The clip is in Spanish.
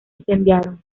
incendiaron